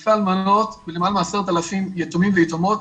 אלפי אלמנות, ולמעלה מעשרת אלפים יתומים ויתומות,